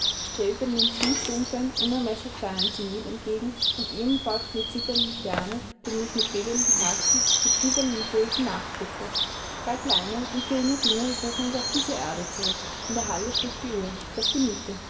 er strebte dem tiefdunklen unermeßlich fernen zenith entgegen und ihm folgten die zitternden sterne denen ich mit bebendem herzen mit fiebernden pulsen nachblickte gar kleine und geringe dinge rufen uns auf diese erde zurück in der halle schlug die uhr das genügte